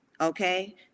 Okay